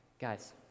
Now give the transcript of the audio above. Guys